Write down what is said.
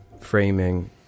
framing